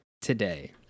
today